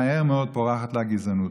מהר מאוד פורחת לה הגזענות.